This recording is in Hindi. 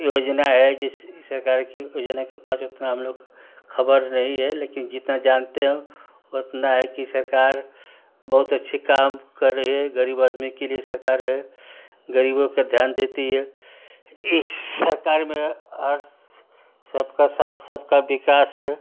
योजना है जैसे कि सरकार कि योजना के पास उतना हम लोग खबर नहीं है लेकिन जितना जानते हैं उतना है कि सरकार बहुत अच्छी काम कर रही है गरीब आदमी के लिए सरकार है गरीबों का ध्यान देती है इस सरकार में हर सबका साथ सबका विकास है